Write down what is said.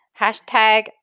Hashtag